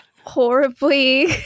horribly